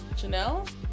Janelle